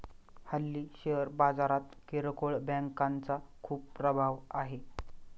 हल्ली शेअर बाजारात किरकोळ बँकांचा खूप प्रभाव आहे